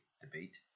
Debate